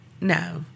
No